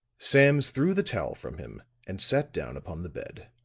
sams threw the towel from him and sat down upon the bed.